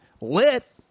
lit